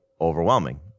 overwhelming